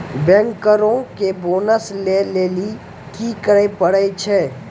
बैंकरो के बोनस लै लेली कि करै पड़ै छै?